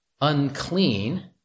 unclean